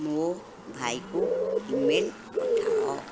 ମୋ ଭାଇକୁ ଇମେଲ୍ ପଠାଅ